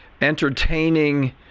entertaining